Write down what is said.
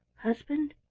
husband,